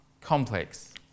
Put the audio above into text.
complex